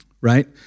right